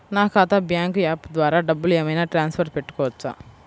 నా ఖాతా bank app ద్వారా డబ్బులు ఏమైనా ట్రాన్స్ఫర్ పెట్టుకోవచ్చా?